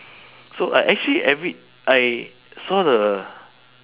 so I actually every I saw the